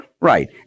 Right